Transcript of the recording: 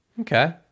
Okay